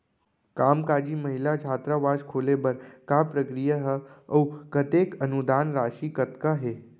कामकाजी महिला छात्रावास खोले बर का प्रक्रिया ह अऊ कतेक अनुदान राशि कतका हे?